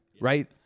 Right